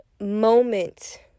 moment